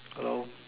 hello